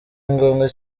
ngombwa